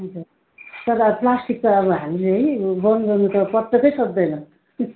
हजुर तर अब प्लास्टिक त अब हामीले बन्द गर्नु त पटक्कै सक्दैन